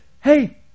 Hey